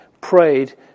prayed